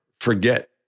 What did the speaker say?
forget